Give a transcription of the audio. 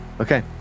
Okay